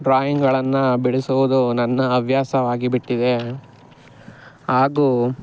ಡ್ರಾಯಿಂಗ್ಗಳನ್ನು ಬಿಡಿಸುವುದು ನನ್ನ ಹವ್ಯಾಸವಾಗಿಬಿಟ್ಟಿದೆ ಹಾಗೂ